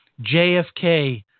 JFK